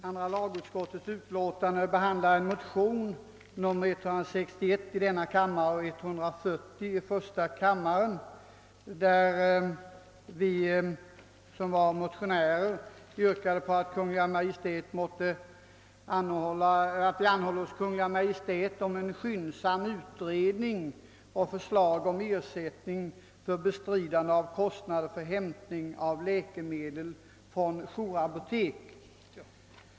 Andra lagutskottets utlåtande behandlar två motioner, II: 161 och I: 140, i vilka vi motionärer yrkat att riksdagen i skrivelse till Kungl. Maj:t måtte anhålla om skyndsam utredning och förslag om ersättning för bestridande av kostnader för hämtning av läkemedel från jourapotek.